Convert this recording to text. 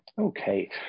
Okay